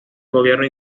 gobierno